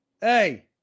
Hey